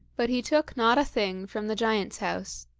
but he took not a thing from the giant's house.